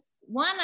one